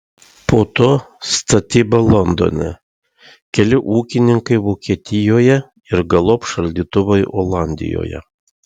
po to statyba londone keli ūkininkai vokietijoje ir galop šaldytuvai olandijoje